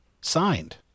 signed